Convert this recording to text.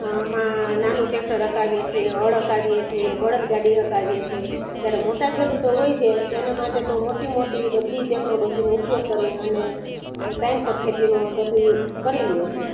આમાં નાનું ટેક્ટર હકાવીએ છીએ હળ હકાવીએ છીએ બળદગાડી હકાવીએ છીએ જ્યારે મોટા ખેડૂતો હોય છે તેને માટે તો મોટી મોટી બધી ટેક્નોલોજીનો ઉપયોગ કરી અને ટાઈમસર ખેતીનું બધું કરી લે છે